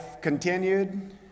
continued